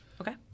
Okay